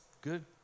good